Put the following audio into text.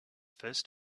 first